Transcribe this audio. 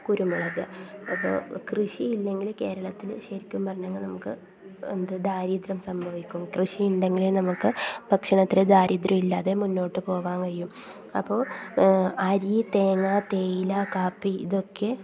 കുരുമുളക് അപ്പോൾ കൃഷിയില്ലെങ്കിൽ കേരളത്തിൽ ശരിക്കും പറഞ്ഞാൽ നമുക്ക് എന്ത് ദാരിദ്ര്യം സംഭവിക്കും കൃഷിയുണ്ടെങ്കിലേ നമുക്ക് ഭക്ഷണത്തിന് ദാരിദ്ര്യം ഇല്ലാതെ മുന്നോട്ട് പോകാൻ കഴിയൂ അപ്പോൾ അരി തേങ്ങ തേയില കാപ്പി ഇതൊക്കെ